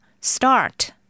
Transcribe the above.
start